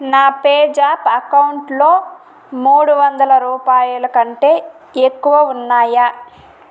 నా పేజాప్ అకౌంటులో మూడు వందలు రూపాయల కంటే ఎక్కువ ఉన్నాయా